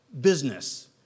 business